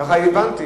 מה אתה מתערב,